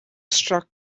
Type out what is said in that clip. struck